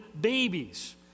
babies